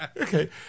Okay